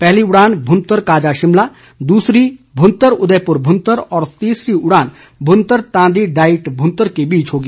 पहली उड़ान भुंतर काजा शिमला दूसरी भुंतर उदयपुर भुंतर और तीसरी उड़ान भुंतर तांदी डाईट भुंतर के बीच होगी